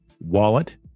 Wallet